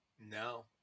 No